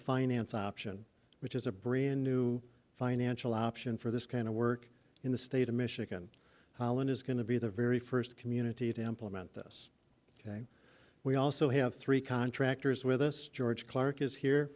finance option which is a brand new financial option for this kind of work in the state of michigan holland is going to be the very first community to implement this ok we also have three contractors with us george clark is here